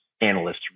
analysts